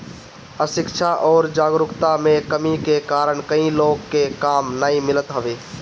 अशिक्षा अउरी जागरूकता में कमी के कारण कई लोग के काम नाइ मिलत हवे